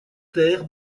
terre